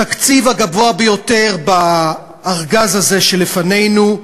התקציב הגבוה ביותר בארגז הזה שלפנינו,